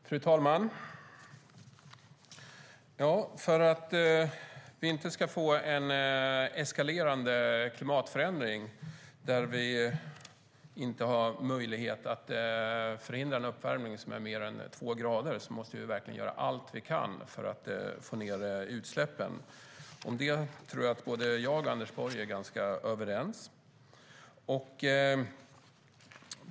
Fru talman! För att vi inte ska få en eskalerande klimatförändring där vi inte har möjlighet att förhindra en uppvärmning som överstiger två grader måste vi verkligen göra allt vi kan för att minska utsläppen. Om det tror jag att Anders Borg och jag är överens.